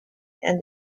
and